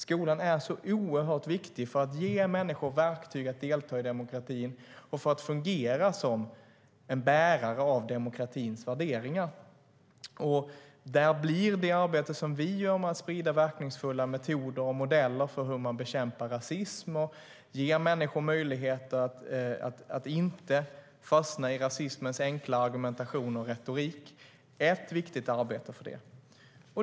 Skolan är så oerhört viktig för att ge människor verktyg att delta i demokratin och fungera som en bärare av demokratins värderingar. Där blir det arbete som vi gör med att sprida verkningsfulla metoder och modeller för hur man bekämpar rasism och att ge människor möjligheter att inte fastna i rasismens enkla argumentation och retorik ett viktigt arbete.